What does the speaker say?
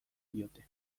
diote